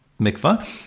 mikvah